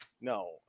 no